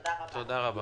תודה רבה.